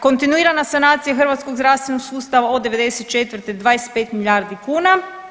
Kontinuirana sanacija hrvatskog zdravstvenog sustava od '94.-te 25 milijardi kuna.